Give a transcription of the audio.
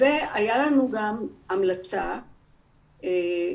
והייתה לנו גם המלצה להקים,